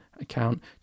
account